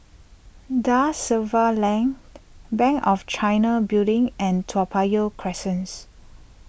Da Silva Lane Bank of China Building and Toa Payoh